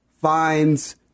finds